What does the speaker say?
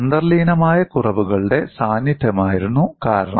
അന്തർലീനമായ കുറവുകളുടെ സാന്നിധ്യമായിരുന്നു കാരണം